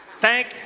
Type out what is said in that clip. Thank